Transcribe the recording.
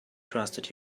trusted